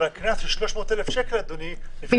אבל קנס של 300,000 שקל, אדוני, הוא יכול.